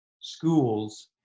schools